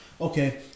okay